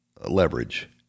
leverage